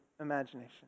imagination